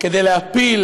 כדי להפיל